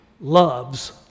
loves